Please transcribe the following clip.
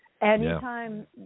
Anytime